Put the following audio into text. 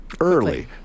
early